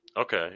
Okay